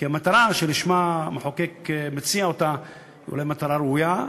כי המטרה שלשמה המחוקק מציע את החוק היא אולי מטרה ראויה,